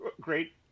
great